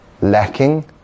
lacking